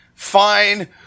fine